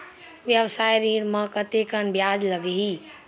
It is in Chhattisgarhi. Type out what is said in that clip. व्यवसाय ऋण म कतेकन ब्याज लगही?